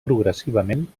progressivament